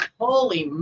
Holy